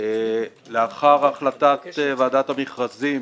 לאחר החלטת ועדת המכרזים